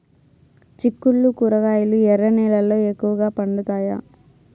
చిక్కుళ్లు కూరగాయలు ఎర్ర నేలల్లో ఎక్కువగా పండుతాయా